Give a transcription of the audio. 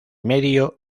medio